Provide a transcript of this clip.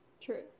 True